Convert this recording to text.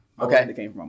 Okay